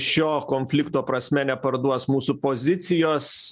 šio konflikto prasme neparduos mūsų pozicijos